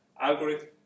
algorithm